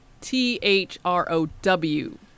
T-H-R-O-W